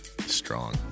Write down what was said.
Strong